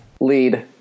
lead